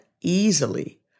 easily